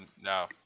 no